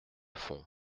fond